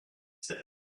cet